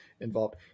involved